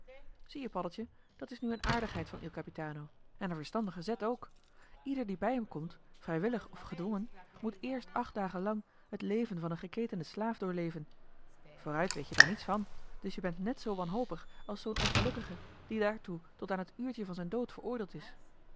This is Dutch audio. zie-je paddeltje dat is nu een aardigheid van il capitano en een verstandige zet ook ieder die bij hem komt vrijwillig of gedwongen moet eerst acht dagen lang het leven van een geketenden slaaf doorleven vooruit weet-je daar niets van dus je bent net zoo wanhopig als zoo'n ongelukkige die daartoe tot aan t uurtje van zijn dood veroordeeld is